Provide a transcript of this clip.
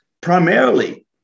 primarily